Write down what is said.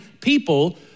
people